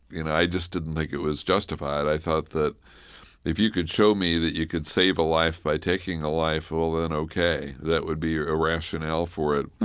you know, i just didn't think it was justified. i thought that if you could show me that you could save a life by taking a life, well, then, ok, that would be a rationale for it.